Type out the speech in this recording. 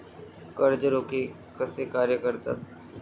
कर्ज रोखे कसे कार्य करतात?